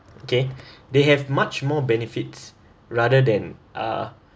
okay they have much more benefits rather than uh